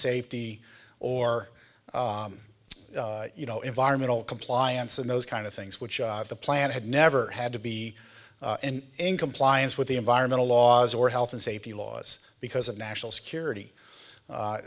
safety or you know environmental compliance and those kind of things which the plant had never had to be in compliance with the environmental laws or health and safety laws because of national security